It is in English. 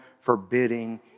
forbidding